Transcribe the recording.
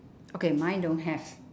okay mine don't have